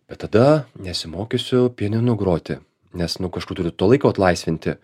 bet tada nesimokysiu pianinu groti nes nu kažkur turiu to laiko atlaisvinti